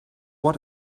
what